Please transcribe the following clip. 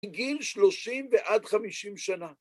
גיל שלושים ועד חמישים שנה.